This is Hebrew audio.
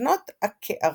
בדפנות הקערה.